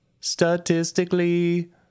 Statistically